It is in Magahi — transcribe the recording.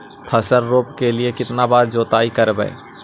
फसल रोप के लिय कितना बार जोतई करबय?